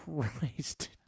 Christ